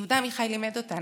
יהודה עמיחי לימד אותנו: